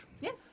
Yes